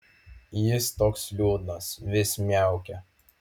jis toks liūdnas vis miaukia